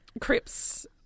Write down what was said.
crips